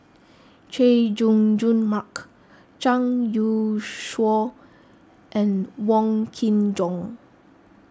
Chay Jung Jun Mark Zhang Youshuo and Wong Kin Jong